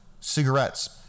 cigarettes